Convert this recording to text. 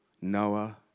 Noah